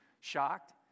shocked